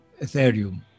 ethereum